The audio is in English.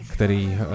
který